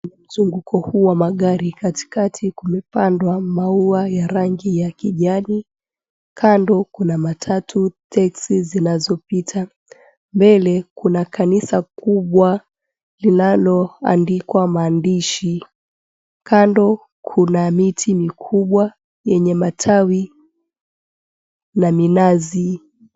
Mzunguko huu wa magari katikati kumepandwa maua ya rangi ya kijani. Kando kuna matatu, teksi zinazopita. Mbele kuna kanisa kubwa linaloandkwa maandishi kando kuna miti mikubwa yenye matawi na minazi.